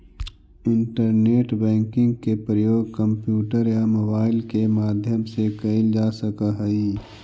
internet banking के प्रयोग computer या मोबाइल के माध्यम से कैल जा सकऽ हइ